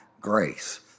grace